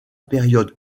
période